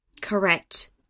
Correct